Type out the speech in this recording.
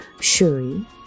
Shuri